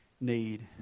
need